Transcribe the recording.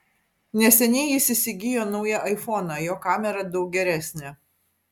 neseniai jis įsigijo naują aifoną jo kamera daug geresnė